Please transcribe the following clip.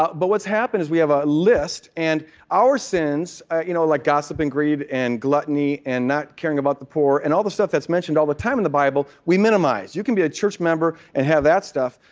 but but what's happened is we have a list and our sins you know like gossip and greed and gluttony and not caring about the poor, and all the stuff that's mentioned all the time in the bible, we minimize you can be a church member and have that stuff,